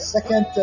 Second